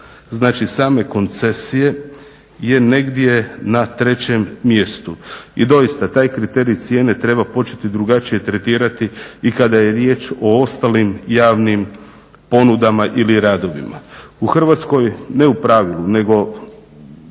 znači same koncesije je negdje na 3.mjestu. i doista taj kriterij cijene treba početi drugačije tretirati i kada je riječ o ostalim javnim ponudama ili radovima. U Hrvatskoj ne u pravilu nego